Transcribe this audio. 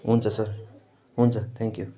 हुन्छ सर हुन्छ thank you